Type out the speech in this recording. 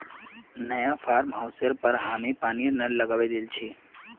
नया फार्म हाउसेर पर हामी पानीर नल लगवइ दिल छि